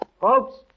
Folks